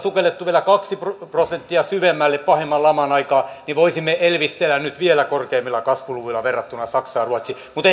sukeltaneet vielä kaksi prosenttia syvemmälle pahimman laman aikaan niin voisimme elvistellä nyt vielä korkeammilla kasvuluvuilla verrattuna saksaan ja ruotsiin mutta